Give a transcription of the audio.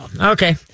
Okay